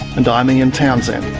and i'm ian townsend